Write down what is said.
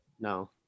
No